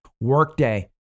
Workday